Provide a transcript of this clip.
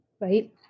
right